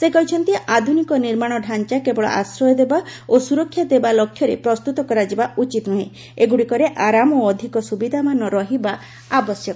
ସେ କହିଛନ୍ତି ଆଧୁନିକ ନିର୍ମାଣ ଢାଞ୍ଚା କେବଳ ଆଶ୍ରୟ ଦେବା ଓ ସୁରକ୍ଷା ଦେବା ଲକ୍ଷ୍ୟରେ ପ୍ରସ୍ତୁତ କରାଯିବା ଉଚିତ ନୁହେଁ ଏଗୁଡ଼ିକରେ ଆରାମ ଓ ଅଧିକ ସୁବିଧାମାନ ରହିବା ଆବଶ୍ୟକ